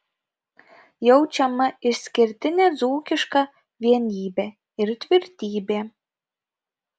jaučiama išskirtinė dzūkiška vienybė ir tvirtybė